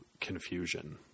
confusion